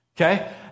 okay